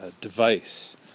device